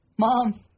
Mom